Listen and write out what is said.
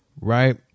right